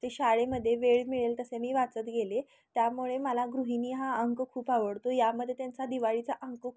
ते शाळेमदध्ये वेळ मिळेल तसे मी वाचत गेले त्यामुळे मला गृहिणी हा अंक खूप आवडतो यामध्ये त्यांचा दिवाळीचा अंक